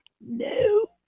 No